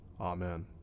Amen